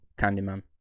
Candyman